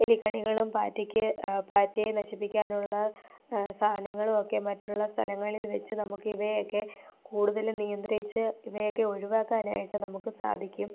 എലിക്കെണികളും പാറ്റയ്ക്കു പാറ്റയെ നശിപ്പിക്കാനുള്ള സാധനങ്ങളും ഒക്കെ മറ്റുള്ള സ്ഥലങ്ങളിൽ ച്ച് നമുക്ക് ഇവയെയൊക്കെ കൂടുതലും നിയന്ത്രിച്ച് ഇവയൊക്കെ ഒഴിവാക്കാനായിട്ട് നമുക്ക് സാധിക്കും